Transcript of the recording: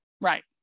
Right